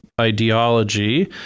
ideology